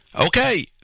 Okay